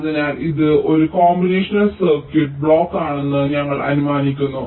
അതിനാൽ ഇത് ഒരു കോമ്പിനേഷണൽ സർക്യൂട്ട് ബ്ലോക്ക് ആണെന്ന് നിങ്ങൾ അനുമാനിക്കുന്നു